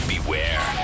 Beware